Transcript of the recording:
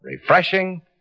refreshing